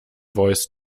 voice